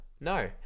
No